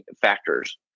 factors